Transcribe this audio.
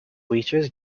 bleachers